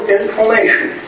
information